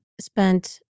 spent